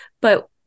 But-